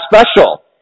special